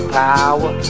power